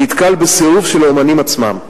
נתקל בסירוב של האמנים עצמם.